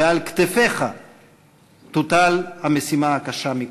ועל כתפיך תוטל המשימה הקשה מכול: